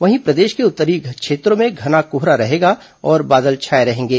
वहीं प्रदेश के उत्तरी क्षेत्रों में घना कोहरा रहेगा और बादल छाए रहेंगे